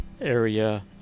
area